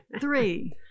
Three